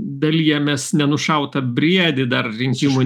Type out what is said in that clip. dalijamės nenušautą briedį dar rinkimų